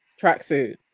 tracksuit